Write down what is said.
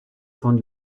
von